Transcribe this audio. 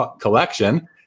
collection